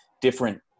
different